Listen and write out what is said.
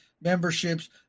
memberships